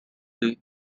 day